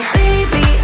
baby